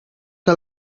que